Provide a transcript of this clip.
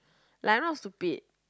like I'm not stupid